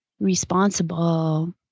responsible